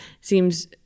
Seems